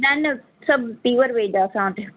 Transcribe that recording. न न सभु पीवर वेज आहे असां वटि